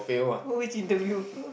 which interview